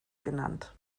genannt